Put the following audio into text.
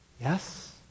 Yes